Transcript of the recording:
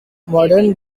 modern